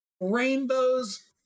rainbows